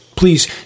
please